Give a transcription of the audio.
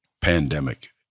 pandemic